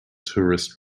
tourist